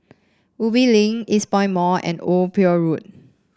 Ubi Link Eastpoint Mall and Old Pier Road